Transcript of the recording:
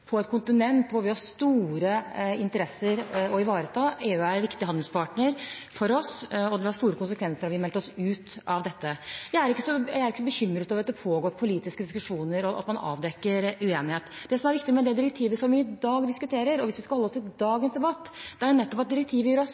på et kontinent hvor vi har store interesser å ivareta. EU er en viktig handelspartner for oss, og det ville ha store konsekvenser om vi meldte oss ut av dette. Jeg er ikke så bekymret over at det pågår politiske diskusjoner, og at man avdekker uenighet. Det som er viktig med det direktivet som vi i dag diskuterer, hvis vi skal holde oss til dagens debatt, er at direktivet gir oss